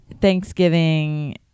Thanksgiving